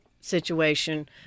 situation